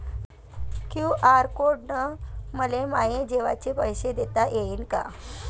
QR code न मले माये जेवाचे पैसे देता येईन का?